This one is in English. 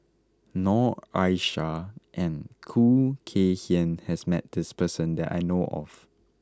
Noor Aishah and Khoo Kay Hian has met this person that I know of